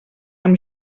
amb